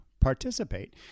participate